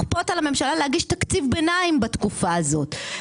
לכפות על הממשלה להגיש תקציב ביניים בתקופה הזאת.